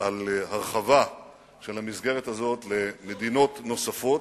על הרחבה של המסגרת הזאת למדינות נוספות,